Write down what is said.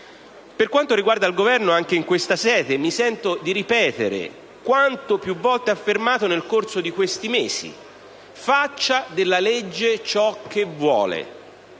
Per quanto riguarda il Governo, anche in questa sede mi sento di ripetere quanto più volte affermato nel corso di questi mesi: faccia della legge ciò che vuole.